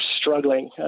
struggling